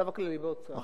החשב הכללי באוצר.